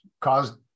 caused